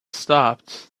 stopped